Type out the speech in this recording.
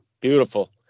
beautiful